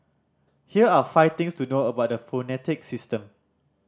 here are five things to know about the phonetic system